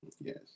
Yes